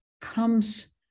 comes